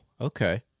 Okay